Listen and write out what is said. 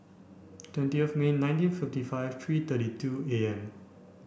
twentieth May nineteen fifty five three thirty two A M